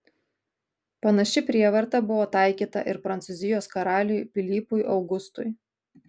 panaši prievarta buvo taikyta ir prancūzijos karaliui pilypui augustui